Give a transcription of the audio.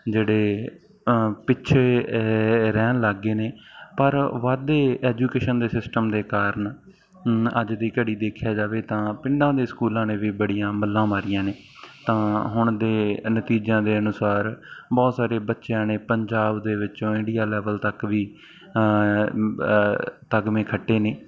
ਜਿਹੜੇ ਪਿੱਛੇ ਰਹਿਣ ਲੱਗ ਗਏ ਨੇ ਪਰ ਵਧਦੇ ਐਜੂਕੇਸ਼ਨ ਦੇ ਸਿਸਟਮ ਦੇ ਕਾਰਣ ਅੱਜ ਦੀ ਘੜੀ ਦੇਖਿਆ ਜਾਵੇ ਤਾਂ ਪਿੰਡਾਂ ਦੇ ਸਕੂਲਾਂ ਨੇ ਵੀ ਬੜੀਆਂ ਮੱਲਾਂ ਮਾਰੀਆਂ ਨੇ ਹੁਣ ਦੇ ਨਤੀਜਿਆਂ ਦੇ ਅਨੁਸਾਰ ਬਹੁਤ ਸਾਰੇ ਬੱਚਿਆਂ ਨੇ ਪੰਜਾਬ ਦੇ ਵਿੱਚੋਂ ਇੰਡੀਆ ਲੈਵਲ ਤੱਕ ਵੀ ਤਗਮੇ ਖੱਟੇ ਨੇ